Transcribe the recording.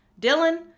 Dylan